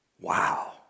wow